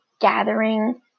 gathering